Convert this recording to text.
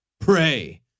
pray